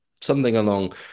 something-along